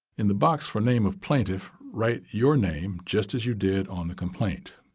in the box for name of plaintiff, write your name just as you did on the complaint.